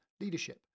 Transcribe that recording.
leadership